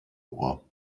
ohr